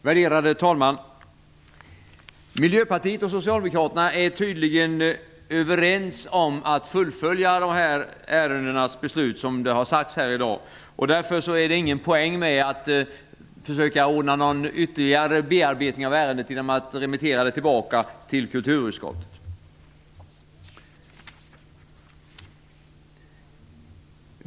Värderade talman! Miljöpartiet och Socialdemokraterna är tydligen överens om att fullfölja dessa ärenden till beslut, som det har sagts här i dag. Därför är det ingen poäng med försöka ordna någon ytterligare bearbetning av ärendet genom att remittera det tillbaka till kulturutskottet.